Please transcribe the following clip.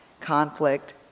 conflict